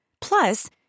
Plus